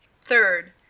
Third